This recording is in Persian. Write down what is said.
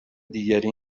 دیگری